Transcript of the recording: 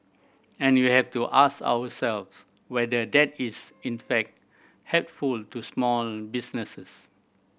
and we have to ask ourselves whether the that is in fact helpful to small businesses